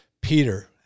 Peter